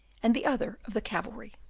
and the other of the cavalry.